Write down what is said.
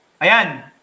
Ayan